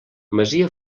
masia